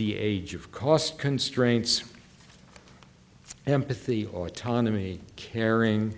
the age of cost constraints empathy or autonomy caring